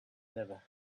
never